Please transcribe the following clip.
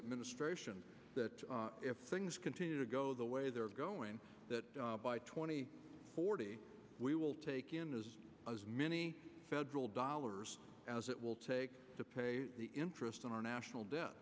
administration that if things continue to go the way they're going that by twenty forty we will take in as many federal dollars as it will take to pay the interest on our national debt